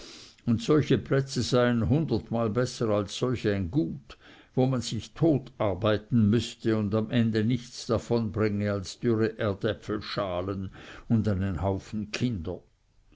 und solche plätze seien hundertmal besser als ein solch gut wo man sich totarbeiten müßte und am ende nichts davonbringe als dürre erdäpfelschalen und einen haufen kinder